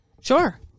Sure